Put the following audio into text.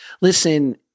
listen